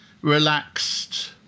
relaxed